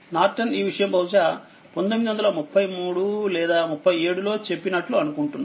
Norton ఈ విషయం బహుశా 1933 లేదా37లో చెప్పినట్లు అనుకుంటున్నాను